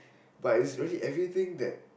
but is really everything that